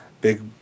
big